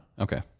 okay